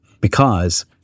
because-